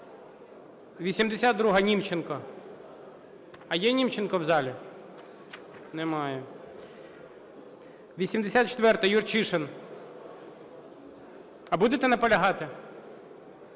82-а, Німченко. А є Німченко в залі? Немає. 84-а, Юрчишин. А будете наполягати?